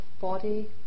body